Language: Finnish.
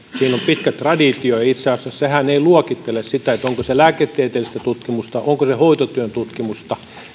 siinä on pitkä traditio ja itse asiassa sehän ei luokittele sitä onko se lääketieteellistä tutkimusta onko se hoitotyön tutkimusta